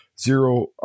zero